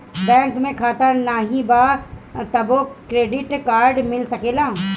Bank में खाता नाही बा तबो क्रेडिट कार्ड मिल सकेला?